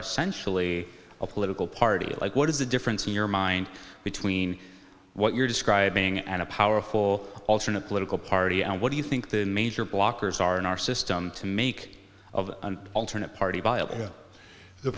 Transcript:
essentially a political party like what is the difference in your mind between what you're describing and a powerful alternate political party and what do you think the manger blockers are in our system to make of an alternate party